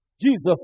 Jesus